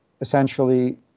essentially